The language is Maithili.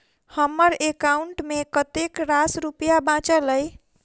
हम्मर एकाउंट मे कतेक रास रुपया बाचल अई?